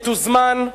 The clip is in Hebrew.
מתוזמן,